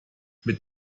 mit